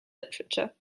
literature